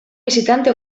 visitante